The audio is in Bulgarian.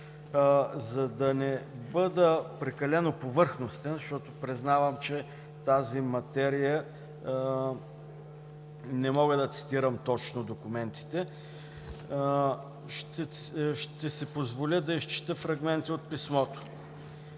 За да не бъда прекалено повърхностен, защото признавам, че по тази материя не мога да цитирам точно документите, ще си позволя да изчета фрагменти от писмото: